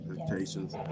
expectations